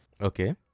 Okay